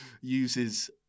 uses